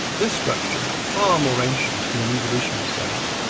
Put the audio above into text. this structure, far more ancient in an evolutionary sense,